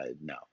No